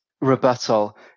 rebuttal